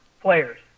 players